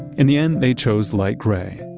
in the end, they chose light gray.